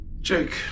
Jake